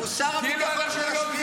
ואחרי זה עולה לפה,